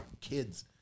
kids